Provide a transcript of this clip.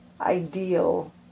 ideal